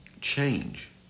change